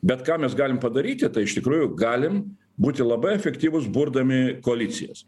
bet ką mes galim padaryti tai iš tikrųjų galim būti labai efektyvūs burdami koalicijas